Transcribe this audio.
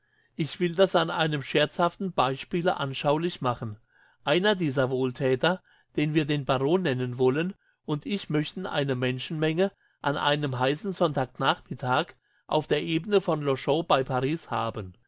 ich will das an einem scherzhaften beispiele anschaulich machen einer dieser wohlthäter den wir den baron nennen wollen und ich möchten eine menschenmenge an einem heissen sonntagnachmittag auf der ebene von longchamp bei paris haben